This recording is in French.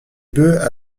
bœufs